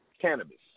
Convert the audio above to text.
cannabis